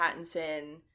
pattinson